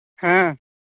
ᱦᱮᱸ